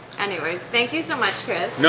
anyways, thank you so much chris! no,